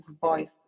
voice